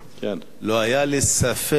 לא היה לי ספק,